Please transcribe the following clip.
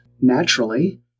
naturally